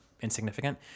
insignificant